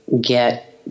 get